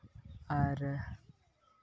ᱟᱨ